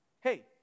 Hey